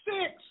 six